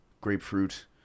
grapefruit